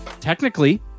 Technically